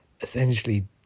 essentially